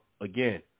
again